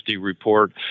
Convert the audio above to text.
report